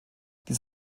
dies